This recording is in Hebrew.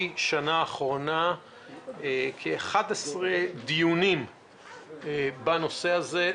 השנה האחרונה כ-11 דיונים בנושא הזה.